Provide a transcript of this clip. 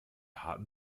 harten